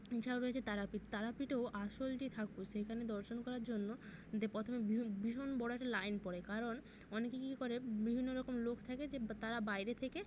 এছাড়াও রয়েছে তারাপীঠ তারাপীঠেও আসল যে ঠাকুর সেইখানে দর্শন করার জন্য যে প্রথমে ভীষণ ভীষণ বড়ো একটা লাইন পড়ে কারণ অনেকে কী করে বিভিন্ন রকম লোক থাকে যে তারা বাইরে থেকে